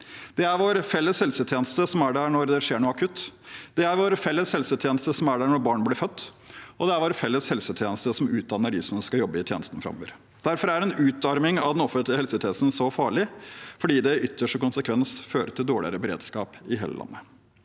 Det er vår felles helsetjeneste som er der når det skjer noe akutt, det er vår felles helsetjeneste som er der når barn blir født, og det er vår felles helsetjeneste som utdanner dem som skal jobbe i tjenesten framover. Derfor er en utarming av den offentlige helsetjenesten så farlig, fordi det i ytterste konsekvens fører til dårligere beredskap i hele landet.